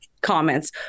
comments